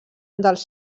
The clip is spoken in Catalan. dels